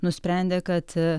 nusprendė kad aa